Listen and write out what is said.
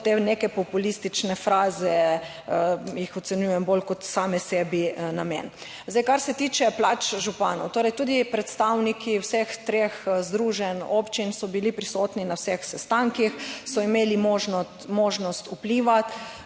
te neke populistične fraze jih ocenjujem bolj kot same sebi namen. Zdaj, kar se tiče plač županov, torej tudi predstavniki vseh treh združenj občin so bili prisotni na vseh sestankih, so imeli možnost,